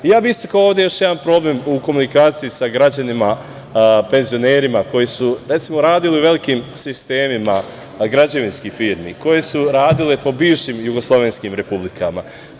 Istakao bih ovde još jedan problem, u komunikaciji sa građanima, penzionerima koji su radili u velikim sistemima građevinskih firmi, koji su radili po bivšim jugoslovenskim republikama.